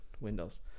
Windows